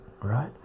right